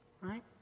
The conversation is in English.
right